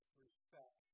respect